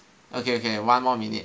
okay okay one more minute